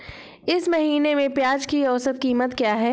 इस महीने में प्याज की औसत कीमत क्या है?